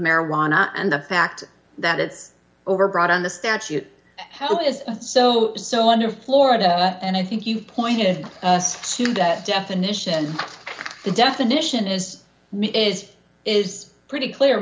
marijuana and the fact that it's overbroad on the statute is so so under florida and i think you pointed to that definition the definition is me is is pretty clear